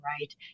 right